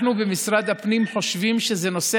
אנחנו במשרד הפנים חושבים שזה נושא